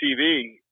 TV